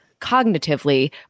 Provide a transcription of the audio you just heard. cognitively